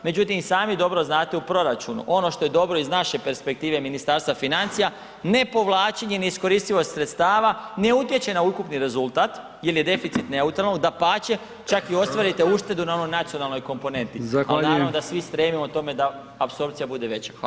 Međutim, i sami dobro znate, u proračunu ono što je dobro iz naše perspektive Ministarstva financija, ne povlačenjem i ne iskoristivosti sredstava ne utječe na ukupni rezultat jel je deficit neutralan, dapače čak i ostvarite uštedu na onoj nacionalnoj komponenti [[Upadica: Zahvaljujem]] al naravno da svi stremimo tome da apsorpcija bude veća.